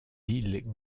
îles